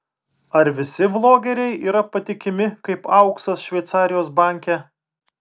ar visi vlogeriai yra patikimi kaip auksas šveicarijos banke